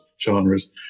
genres